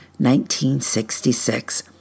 1966